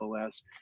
OS